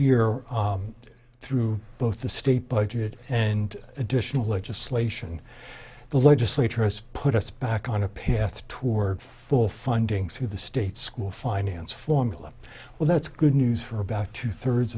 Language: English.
year through both the state budget and additional legislation the legislature has put us back on a path toward full funding through the state school finance formula well that's good news for about two thirds